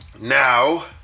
Now